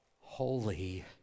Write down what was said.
holy